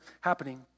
happening